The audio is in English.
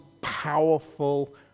powerful